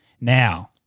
Now